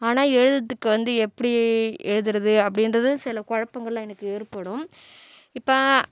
ஆனால் எழுதுகிறத்துக்கு வந்து எப்படி எழுதுகிறது அப்படின்றது சில குழப்பங்கள்லாம் எனக்கு ஏற்படும் இப்போ